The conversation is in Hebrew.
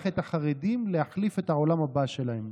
את החרדים להחליף את העולם הבא שלהם